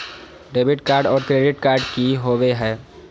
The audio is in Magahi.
डेबिट कार्ड और क्रेडिट कार्ड की होवे हय?